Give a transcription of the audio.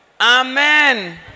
Amen